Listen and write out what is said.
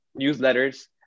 newsletters